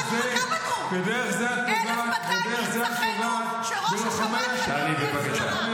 ודרך זה את פוגעת בלוחמי השב"כ ובלוחמי צה"ל.